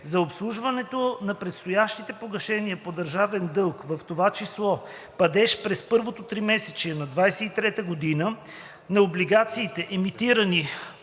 За обслужването на предстоящите погашения по държавния дълг, в това число падежа през първото тримесечие на 2023 г. на облигациите, емитирани